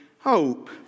hope